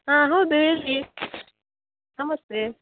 ಹಾಂ ಹೌದು ಹೇಳಿ ನಮಸ್ತೆ